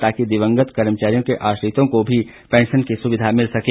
ताकि दिवंगत कर्मचारियों के आश्रितों को भी पैंशन की सुविधा मिल सकें